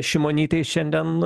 šimonytei šiandien